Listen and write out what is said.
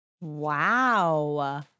Wow